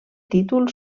títol